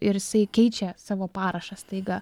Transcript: ir jisai keičia savo parašą staiga